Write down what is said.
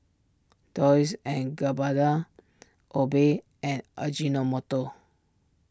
Dolce and Gabbana Obey and Ajinomoto